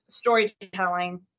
storytelling